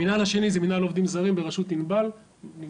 המנהל השני זה מנהל עובדים זרים בראשות ענבל משש,